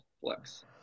flex